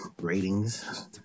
ratings